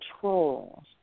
controls